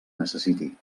necessiti